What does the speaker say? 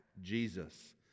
Jesus